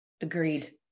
agreed